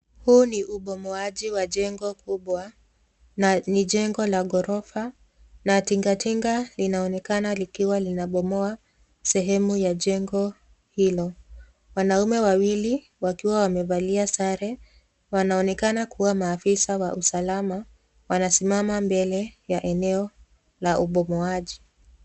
Huu ni ubomoaji wa jengo kubwa na ni jengo la ghorofa na tingatinga linaonekana likiwa linabomoa sehemu ya jengo hilo. Wanaume wawili wakiwa wamevalia sare, wanaonekana kuwa maafisa wa usalama wanasimama mbele ya eneo la ubomoaji.